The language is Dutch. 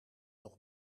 nog